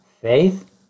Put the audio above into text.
faith